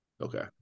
Okay